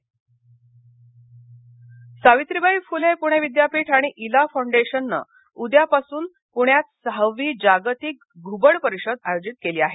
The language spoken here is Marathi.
व्ही सी घवड सावित्रीबाई फुले पुणे विद्यापीठ आणि इला फाऊंडेशननं येत्या उद्यापासून पुण्यात सहावी जागतिक घुबड परिषद आयोजित केली आहे